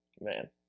man